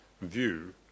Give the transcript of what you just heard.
view